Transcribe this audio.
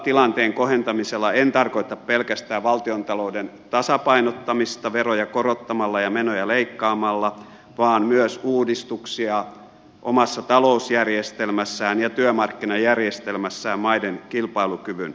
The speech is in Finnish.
tilanteen kohentamisella en tarkoita pelkästään valtiontalouden tasapainottamista veroja korottamalla ja menoja leikkaamalla vaan myös uudistuksia omassa talousjärjestelmässä ja työmarkkinajärjestelmässä maiden kilpailukyvyn vahvistamiseksi